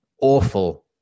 awful